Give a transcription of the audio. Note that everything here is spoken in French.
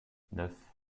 neuf